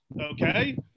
okay